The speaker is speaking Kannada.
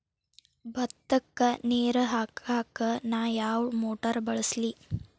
ಭತ್ತಕ್ಕ ನೇರ ಹಾಕಾಕ್ ನಾ ಯಾವ್ ಮೋಟರ್ ಬಳಸ್ಲಿ?